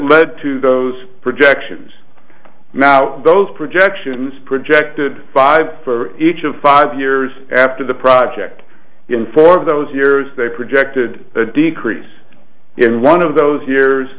led to those projections those projections projected five for each of five years after the project in four of those years they projected a decrease in one of those years